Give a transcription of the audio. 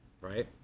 Right